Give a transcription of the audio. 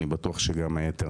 אני בטוח שגם היתר.